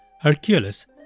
Hercules